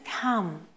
come